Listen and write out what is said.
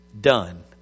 done